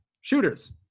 Shooters